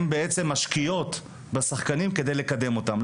בעצם משקיעות בשחקנים כדי לקדם אותם,